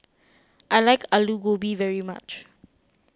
I like Aloo Gobi very much